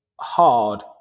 hard